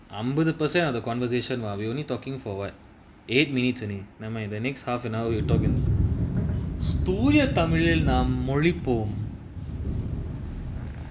அம்பது:ambathu percent அந்த:antha conversation lah we only talking for what eight minutes any nevermind the next half an hour you talking தூய:thooya tamil லில் நாம் மொளிபோம்:lil naam molipom